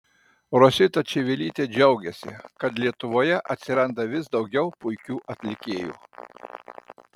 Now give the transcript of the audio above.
rosita čivilytė džiaugėsi kad lietuvoje atsiranda vis daugiau puikių atlikėjų